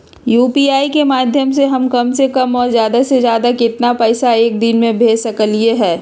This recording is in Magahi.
यू.पी.आई के माध्यम से हम कम से कम और ज्यादा से ज्यादा केतना पैसा एक दिन में भेज सकलियै ह?